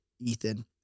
Ethan